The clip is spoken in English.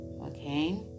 okay